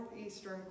northeastern